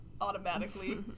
Automatically